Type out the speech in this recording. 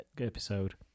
episode